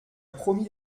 promis